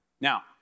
Now